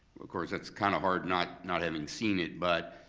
of course, that's kinda hard not not having seen it, but